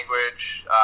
language